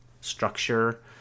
structure